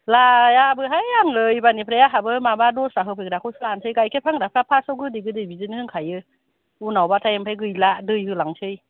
लायाबोहाय आङो एबारनिफ्राय आंहाबो माबा दस्रा होफैग्राखौसो लानसै गायखेर फानग्राफ्रा फास याव गोदै गोदै बिदिनो होनखायो उनावबाथाय आमफ्राय गैला दै होलांसै